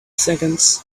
seconds